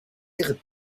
ihre